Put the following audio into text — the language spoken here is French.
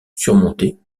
surmontés